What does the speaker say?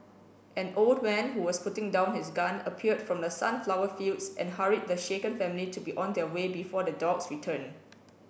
an old man who was putting down his gun appeared from the sunflower fields and hurried the shaken family to be on their way before the dogs return